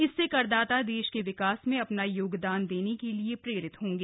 इससे करदाता देश के विकास में अपना योगदान देने के लिए प्रेरित होंगे